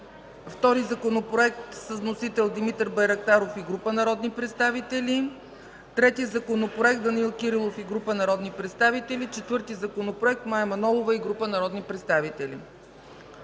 втори законопроект с вносител Димитър Байрактаров и група народни представители, трети законопроект – Данаил Кирилов и група народни представители, четвърти законопроект – Мая Манолова и група народни представители.